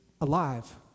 alive